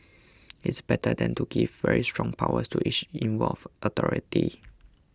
it's better than to give very strong powers to each involved authority